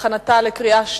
לוועדת החוקה,